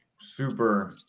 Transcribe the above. Super